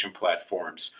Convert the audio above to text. platforms